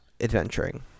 adventuring